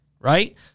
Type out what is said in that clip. right